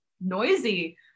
noisy